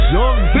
Young